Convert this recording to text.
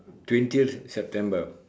twentieth September